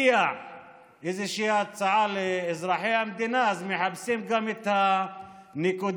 להציע איזושהי הצעה לאזרחי המדינה אז מחפשים גם את הסעיף